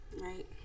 Right